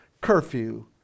Curfew